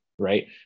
Right